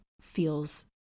feels